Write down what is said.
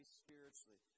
spiritually